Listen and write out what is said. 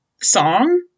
song